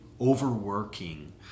overworking